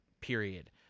period